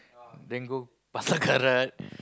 then go Pasar-Karat